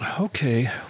okay